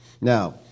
Now